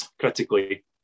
critically